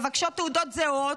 מבקשות תעודות זהות,